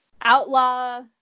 outlaw